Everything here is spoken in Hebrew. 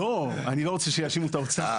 לא, אני לא רוצה שיאשימו את האוצר.